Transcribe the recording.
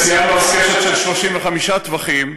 וציירנו אז קשת של 35 טווחים,